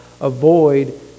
avoid